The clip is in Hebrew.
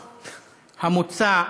החוק המוצע